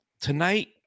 Tonight